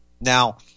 Now